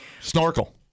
Snorkel